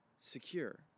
secure